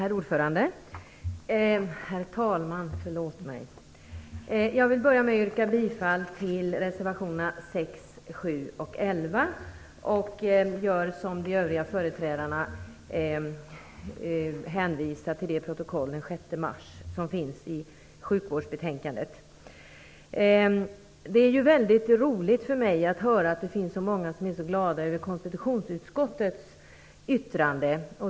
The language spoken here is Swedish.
Herr talman! Jag vill börja med att yrka bifall till reservationerna 6, 7 och 11 och hänvisar som övriga företrädare till protokollet från den 6 mars där sjukvårdsbetänkandet behandlas. Det är väldigt roligt för mig att höra att det är så många som är så glada över konstitutionsutskottets yttrande.